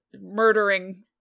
murdering